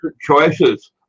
choices